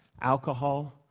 alcohol